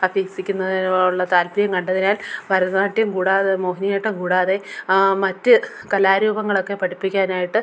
അഭ്യസിക്കുന്നതിനോടുള്ള താൽപ്പര്യം കണ്ടതിനാൽ ഭരതനാട്യം കൂടാതെ മോഹിനിയാട്ടം കൂടാതെ മറ്റു കലാരൂപങ്ങളൊക്കെ പഠിപ്പിക്കാനായിട്ട്